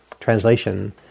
translation